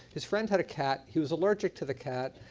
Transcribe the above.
his friend had a cat. he was allergic to the cat.